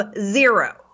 zero